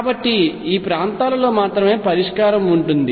కాబట్టి ఈ ప్రాంతాలలో మాత్రమే పరిష్కారం ఉంటుంది